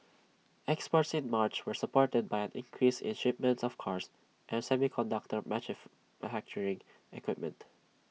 exports in March were supported by an increase in shipments of cars and semiconductor equipment